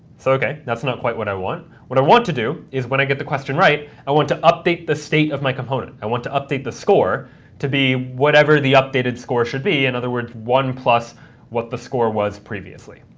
so ok, that's not quite what i want. what i want to do is, when i get the question right, i want to update the state of my component. i want to update the score to be whatever the updated score should be, in other words, one plus what the score was previously.